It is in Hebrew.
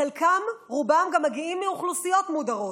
ורובם גם מגיעים מאוכלוסיות מודרות.